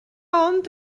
ond